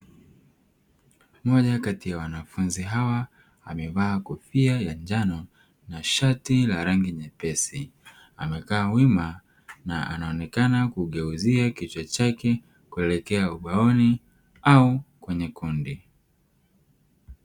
Moja kati ya wanafunzi hawa amevaa kofia ya njano na shati la rangi nyepesi; amekaa wima na anaonekana kugeuzia kichwa chake kuelekea ubaoni au kwenye kundi.